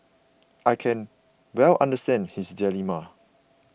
I can well understand his dilemma